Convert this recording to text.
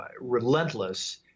relentless